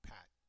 Pat